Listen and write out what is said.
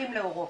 הולכים לאורו,